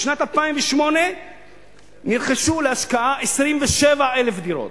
בשנת 2008 נרכשו להשקעה 27,000 דירות.